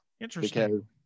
interesting